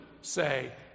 say